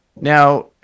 now